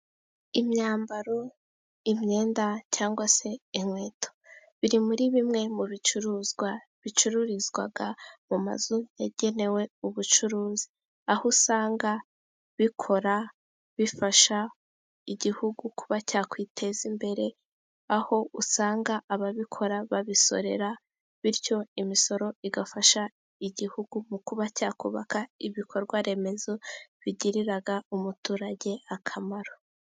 Imyambaro, imyenda cyangwa se inkweto, biri muri bimwe mu bicuruzwa bicururizwaga mu mazu yagenewe ubucuruzi, aho usanga bikora, bifasha igihugu kuba cyakwiteza imbere, aho usanga ababikora babisorera bityo imisoro igafasha igihugu mu kuba cyakubaka ibikorwaremezo bigiriraga umuturage akamaro.